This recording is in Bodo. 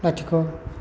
लाथिख'